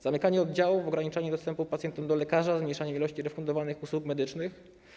Zamykanie oddziałów, ograniczanie dostępu pacjentów do lekarza, zmniejszanie ilości refundowanych usług medycznych?